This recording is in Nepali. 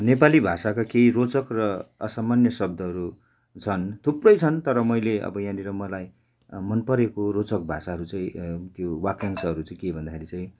नेपाली भाषाका केही रोचक र असामान्य शब्दहरू छन् थुप्रै छन् तर मैले अब यहाँनिर मलाई मन परेको रोचक भाषाहरू चाहिँ त्यो वाक्यांशहरू चाहिँ के भन्दाखेरि चाहिँ